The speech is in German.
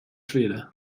schwede